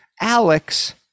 Alex